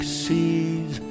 seas